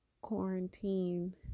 quarantine